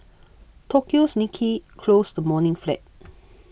Tokyo's Nikkei closed the morning flat